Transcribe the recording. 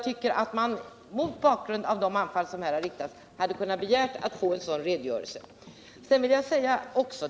Mot bakgrund av de angrepp som här riktats tycker jag att man borde ha kunnat begära en sådan redogörelse.